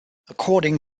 according